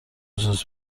خصوص